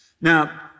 Now